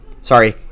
sorry